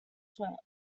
toilets